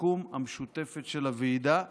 הסיכום המשותפת של הוועידה,